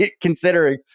Considering